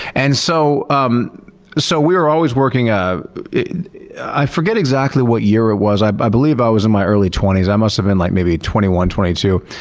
and so um so we were always working, ah i forget exactly what year it was, i believe i was in my early twenty s, i must have been like maybe twenty one, twenty two.